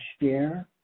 share